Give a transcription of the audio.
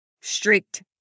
strict